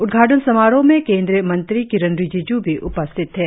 उद्घाटन समारोह में केंद्रीय मेत्री किरेन रीजिज् भी उपस्थित थे